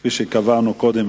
כפי שקבענו קודם,